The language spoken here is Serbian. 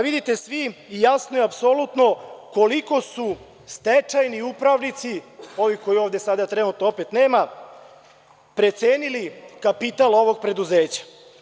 Vidite svi jasno i apsolutno koliko su stečajni upravnici, ovi kojih ovde sada trenutno opet nema, precenili kapital ovog preduzeća.